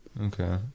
Okay